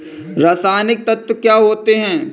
रसायनिक तत्व क्या होते हैं?